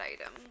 item